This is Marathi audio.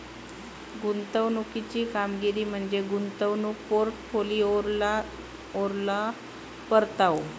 गुंतवणुकीची कामगिरी म्हणजे गुंतवणूक पोर्टफोलिओवरलो परतावा